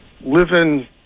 living